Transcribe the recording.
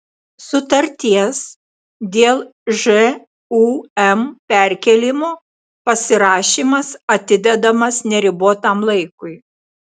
sutarties dėl žūm perkėlimo pasirašymas atidedamas neribotam laikui